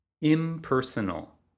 impersonal